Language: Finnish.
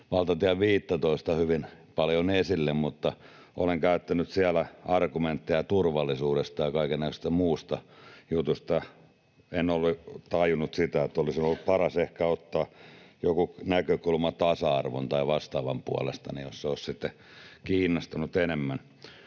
valtatie 15:tä hyvin paljon esille. Olen käyttänyt siellä argumentteja turvallisuudesta ja kaikennäköisestä muusta jutusta. En ollut tajunnut sitä, että olisi ollut paras ehkä ottaa joku näkökulma tasa-arvon tai vastaavan puolesta, jos se olisi sitten kiinnostanut enemmän.